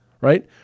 right